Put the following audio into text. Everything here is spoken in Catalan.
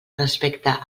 respecte